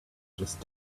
just